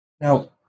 Now